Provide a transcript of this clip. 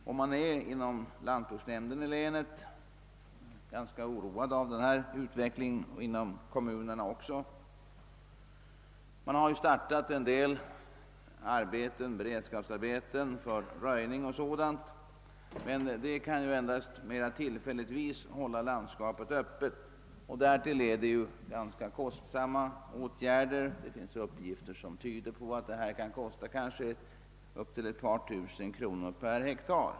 I lantbruksnämnden och även i kommunerna är man oroad av den utvecklingen, och vissa beredskapsarbeten har satts in på röjning och liknande. Men detta kan bara tillfälligtvis hålla landskapet öppet. Dessutom är sådana åtgärder ganska kostsamma. Det finns uppgifter som tyder på att det kan kosta upp till ett par tusen kronor per hektar.